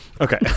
Okay